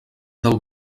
del